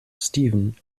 steven